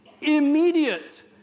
immediate